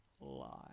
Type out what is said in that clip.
lie